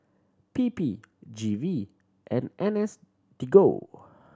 P P G V and N S D go